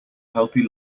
healthy